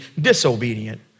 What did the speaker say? disobedient